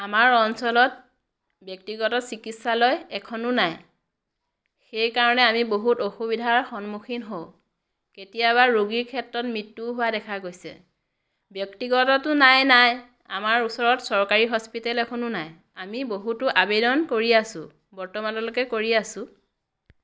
আমাৰ অঞ্চলত ব্যক্তিগত চিকিৎসালয় এখনো নাই সেই কাৰণে আমি বহুত অসুবিধাৰ সন্মুখীন হওঁ কেতিয়াবা ৰোগীৰ ক্ষেত্ৰত মৃত্যুও হোৱা দেখা গৈছে ব্যক্তিগততো নাই নাই আমাৰ ওচৰত চৰকাৰী হস্পিতেল এখনো নাই আমি বহুতো আবেদন কৰি আছো বৰ্তমানলৈকে কৰি আছো